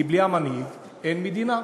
כי בלי המנהיג אין מדינה.